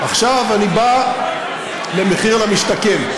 עכשיו אני בא למחיר למשתכן.